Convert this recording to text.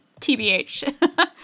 TBH